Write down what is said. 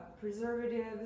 preservatives